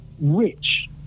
rich